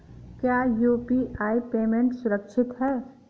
क्या UPI payment सुरक्षित है?